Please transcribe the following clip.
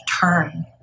turn